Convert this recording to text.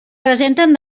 presenten